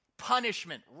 Punishment